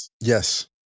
Yes